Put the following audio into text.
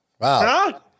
wow